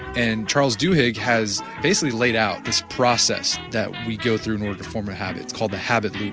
and charles duhigg has basically laid out this process that we go through in order to form our habits called the habit loop.